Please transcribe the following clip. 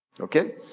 Okay